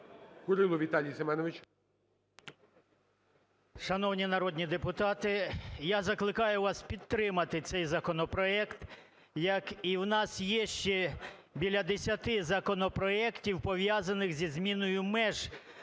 КУРИЛО В.С. Шановні народні депутати, я закликаю вас підтримати цей законопроект. І у нас є ще біля 10 законопроектів, пов'язаних зі зміною меж